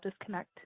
disconnect